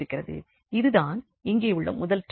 இது தான் இங்கே உள்ள முதல் டெர்ம்